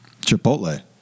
Chipotle